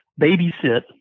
babysit